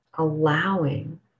Allowing